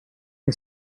que